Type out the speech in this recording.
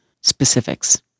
specifics